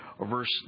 verse